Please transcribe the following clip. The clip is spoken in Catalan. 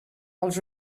els